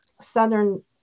southern